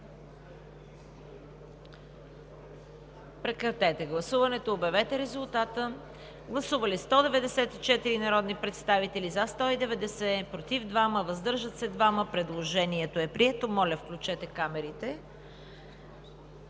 режим на гласуване. Гласували 194 народни представители: за 190, против 2, въздържали се 2. Предложението е прието. Моля, включете камерите.